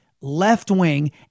left-wing